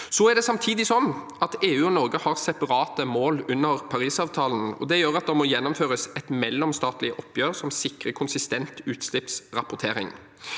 Så er det samtidig sånn at EU og Norge har separate mål under Parisavtalen, og det gjør at det må gjennomføres et mellomstatlig oppgjør som sikrer konsistent utslippsrapportering.